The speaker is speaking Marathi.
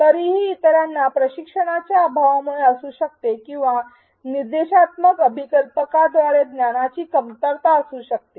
तरीही इतरांना प्रशिक्षणाच्या अभावामुळे असू शकते किंवा निर्देशात्मक अभिकल्पकाद्वारे ज्ञानाची कमतरता असू शकते